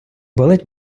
болить